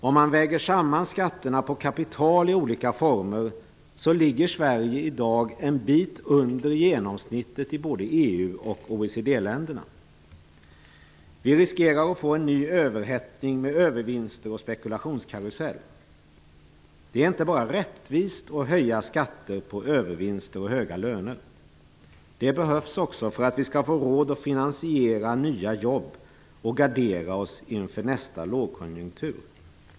Om man väger samman skatterna på kapital i olika former, finner man att Sverige i dag ligger en bit under genomsnittet i både EU och OECD-länderna. Vi riskerar att få en ny överhettning med övervinster och spekulationskarusell. Det är inte bara rättvist att höja skatter på övervinster och höga löner. Det behövs också för att vi skall få råd att finansiera nya jobb och gardera oss inför nästa lågkonjunktur.